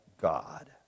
God